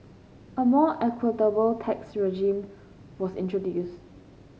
a more equitable tax regime was introduced